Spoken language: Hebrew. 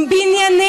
לשמר את, בניינים.